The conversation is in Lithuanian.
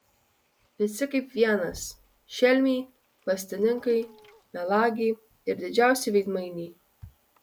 visi kaip vienas šelmiai klastininkai melagiai ir didžiausi veidmainiai